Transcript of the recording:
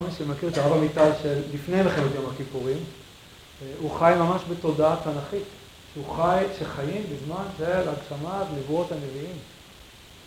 מי שמכיר את הרב עמיטתל של לפני מלחמת יום הכיפורים, הוא חי ממש בתודעה תנכית, שהוא חי כשחיים בזמן של הגשמת נבואות הנביאים.